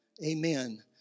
Amen